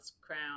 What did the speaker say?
Crown